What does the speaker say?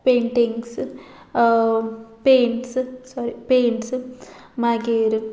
paintings paints sorry paints मागीर